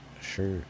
Sure